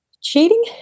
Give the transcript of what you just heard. Cheating